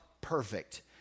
perfect